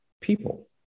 people